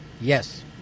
Yes